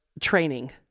training